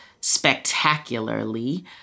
spectacularly